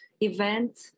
event